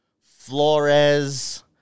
Flores